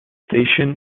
station